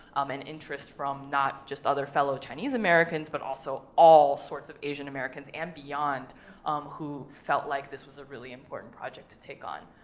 um and interest from not just other fellow chinese americans, but also all sorts of asian americans and beyond who felt like this was a really important project to take on.